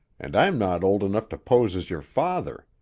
and i'm not old enough to pose as your father.